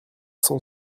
cent